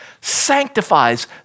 sanctifies